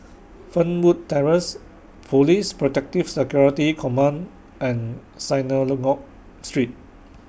Fernwood Terrace Police Protective Security Command and Synagogue Street